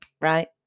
right